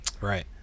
Right